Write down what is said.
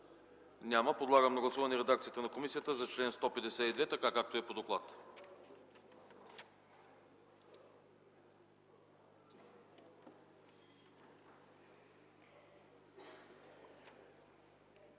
прието. Подлагам на гласуване редакцията на комисията за чл. 163, така както е по доклад.